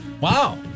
Wow